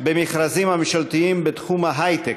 במכרזים הממשלתיים בתחום ההיי-טק),